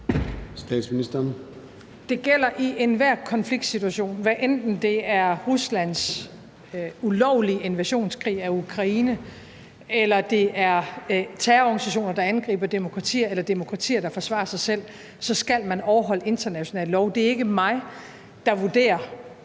Frederiksen): Det gælder i enhver konfliktsituation, at hvad enten det er Ruslands ulovlige invasionskrig mod Ukraine eller det er terrororganisationer, der angriber demokratier, eller demokratier, der forsvarer sig selv, skal man overholde international lov. Det er ikke mig, der vurderer,